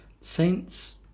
Saints